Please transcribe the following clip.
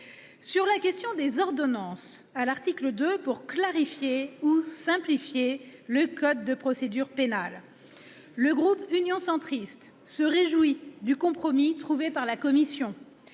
Sur la question des ordonnances prévues à l'article 2 pour clarifier ou simplifier le code de procédure pénale, le groupe Union Centriste se réjouit du compromis trouvé par la commission.